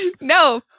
no